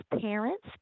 parents